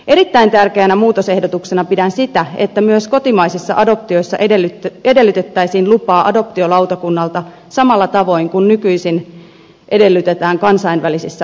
erittäin tärkeänä muutosehdotuksena pidän sitä että myös kotimaisissa adoptioissa edellytettäisiin lupaa adoptiolautakunnalta samalla tavoin kuin nykyisin edellytetään kansainvälisissä adoptioissa